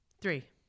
Three